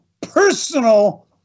personal